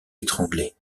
étranglée